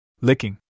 Licking